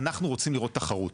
אנחנו רוצים לראות תחרות.